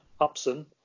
Upson